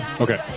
Okay